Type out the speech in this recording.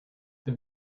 this